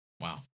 Wow